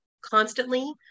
constantly